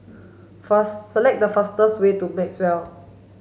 fast select the fastest way to Maxwell